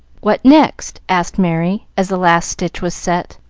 what next? asked merry, as the last stitch was set,